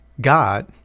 God